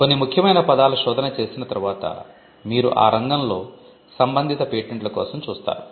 కొన్ని ముఖ్యమైన పదాల శోధన చేసిన తర్వాత మీరు ఆ రంగంలో సంబంధిత పేటెంట్ల కోసం చూస్తారు